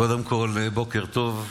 קודם כול, בוקר טוב.